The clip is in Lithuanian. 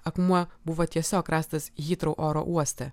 akmuo buvo tiesiog rastas jį hitro oro uoste